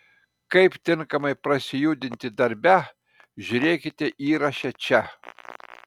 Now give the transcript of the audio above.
kaip tinkamai prasijudinti darbe žiūrėkite įraše čia